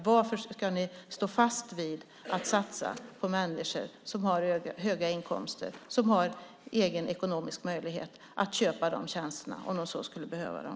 Varför ska ni stå fast vid att satsa på människor som har höga inkomster och en egen ekonomisk möjlighet att köpa de tjänsterna om de skulle behöva dem?